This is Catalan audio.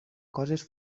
coses